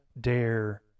dare